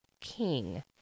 King